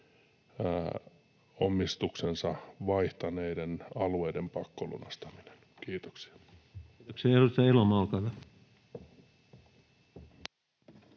omistuksensa vaihtaneiden alueiden pakkolunastaminen. — Kiitoksia. Kiitoksia. — Ja edustaja Elomaa, olkaa hyvä.